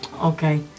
Okay